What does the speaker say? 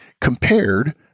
compared